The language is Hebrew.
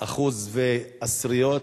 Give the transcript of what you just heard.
אחוז ועשיריות.